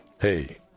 hey